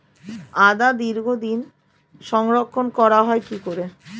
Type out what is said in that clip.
আদা দীর্ঘদিন সংরক্ষণ করা হয় কি করে?